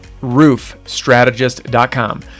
roofstrategist.com